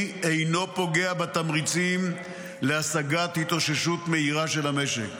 אינו פוגע בתמריצים להשגת התאוששות מהירה של המשק.